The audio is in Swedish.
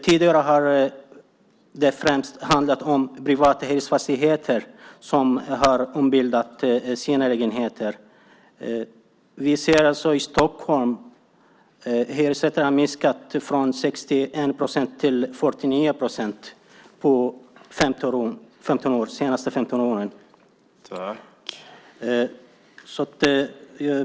Tidigare har det främst handlat om privata hyresfastigheter där lägenheter ombildats. I Stockholm har hyresrätterna minskat från 61 procent till 49 procent de senaste 15 åren.